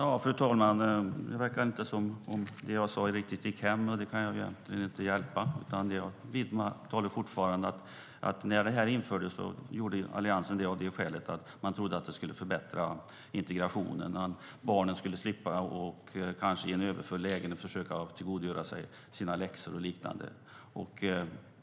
Fru talman! Det verkar inte som om det jag sade riktigt gick hem, och det kan jag egentligen inte hjälpa. Jag vidmakthåller fortfarande att Alliansen införde det här av det skälet att man trodde att det skulle förbättra integrationen. Barnen skulle kanske slippa att i en överfull lägenhet försöka tillgodogöra sig sina läxor och liknande.